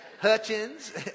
Hutchins